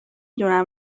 دونم